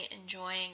enjoying